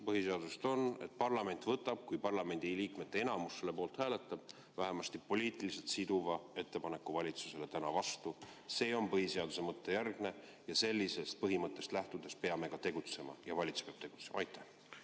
põhiseadusest on, et parlament võtab, kui parlamendiliikmete enamus poolt hääletab, vähemasti poliitiliselt siduva ettepaneku valitsusele täna vastu. See on põhiseaduse mõtte järgne ning sellisest põhimõttest lähtudes peame tegutsema ja peab ka valitsus tegutsema. Austatud